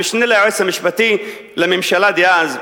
המשנה ליועץ המשפטי לממשלה דאז,